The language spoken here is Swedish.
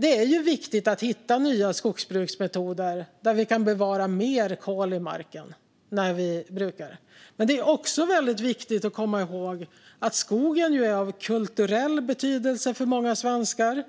Det är viktigt att hitta nya skogsbruksmetoder som innebär att vi kan bevara mer kol i marken när vi brukar den. Det är också viktigt att komma ihåg att skogen har kulturell betydelse för många svenskar.